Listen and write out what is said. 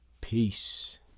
peace